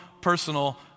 personal